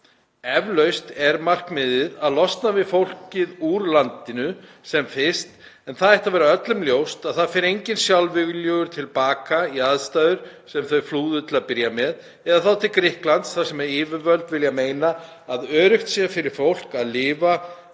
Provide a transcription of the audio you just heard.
Eflaust er markmiðið að losna við fólkið úr landinu sem fyrst, en það ætti að vera öllum ljóst að það fer enginn sjálfviljugur til baka í aðstæðurnar sem þau flúðu til að byrja með, eða þá til Grikklands þar sem yfirvöld vilja meina að öruggt sé fyrir fólk að lifa